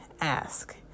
ask